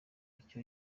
atyo